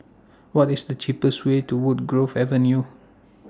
What IS The cheapest Way to Woodgrove Avenue